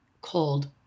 cold